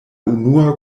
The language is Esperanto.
unua